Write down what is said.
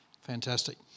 fantastic